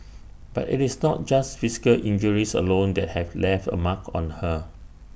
but IT is not just physical injuries alone that have left A mark on her